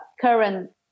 current